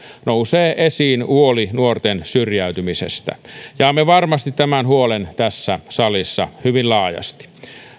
nousee esiin huoli nuorten syrjäytymisestä jaamme varmasti tämän huolen tässä salissa hyvin laajasti